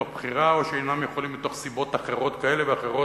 מתוך בחירה, או שאינם יכולים, מסיבות כאלה ואחרות,